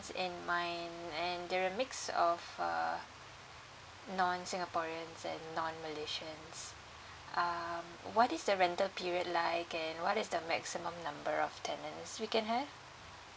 in mind and they're a mix of uh non singaporeans and non malaysians um what is the rental period like and what is the maximum number of tenants we can have